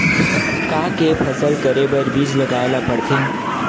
का के फसल करे बर बीज लगाए ला पड़थे?